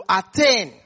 attain